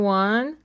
one